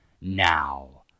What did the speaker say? now